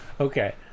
Okay